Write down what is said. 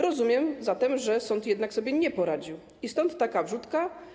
Rozumiem zatem, że rząd jednak sobie nie poradził i stąd taka wrzutka.